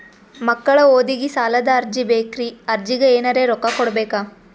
ಮಕ್ಕಳ ಓದಿಗಿ ಸಾಲದ ಅರ್ಜಿ ಬೇಕ್ರಿ ಅರ್ಜಿಗ ಎನರೆ ರೊಕ್ಕ ಕೊಡಬೇಕಾ?